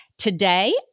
Today